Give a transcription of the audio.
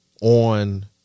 on